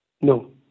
No